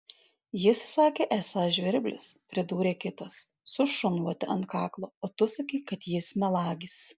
jis sakė esąs žvirblis pridūrė kitas su šunvote ant kaklo o tu sakei kad jis melagis